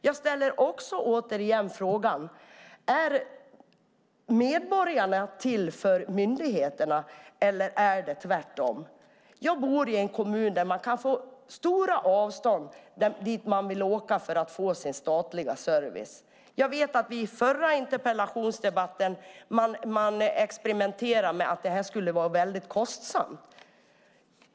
Jag ställer också återigen frågan: Är medborgarna till för myndigheterna eller är det tvärtom? Jag bor i en kommun där det kan bli stora avstånd när man ska åka för att få sin statliga service. I den förra interpellationsdebatten experimenterade man med att säga att detta skulle vara kostsamt.